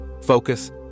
focus